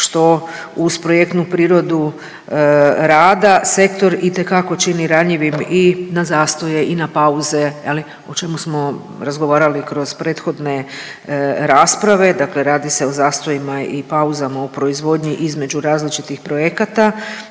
što uz projektnu prirodu rada sektor itekako čini ranjivim i na zastoje i na pauze je li, o čemu smo razgovarali kroz prethodne rasprave. Dakle radi se o zastojima i pauzama u proizvodnji između različitih projekata